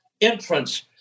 entrance